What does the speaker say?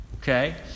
Okay